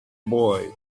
boy